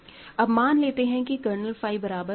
अब मान लेते हैं कि कर्नल फाई बराबर 0 है